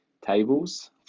tables